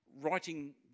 writing